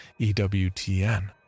EWTN